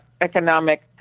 economic